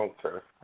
Okay